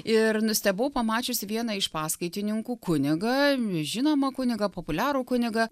ir nustebau pamačiusi vieną iš paskaitininkų kunigą žinomą kunigą populiarų kunigą